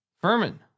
Furman